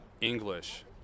English